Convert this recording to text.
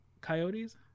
coyotes